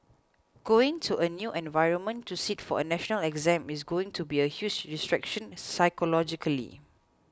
going to a new environment to sit for a national exam is going to be a huge distraction psychologically